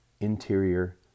interior